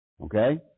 Okay